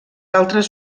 altres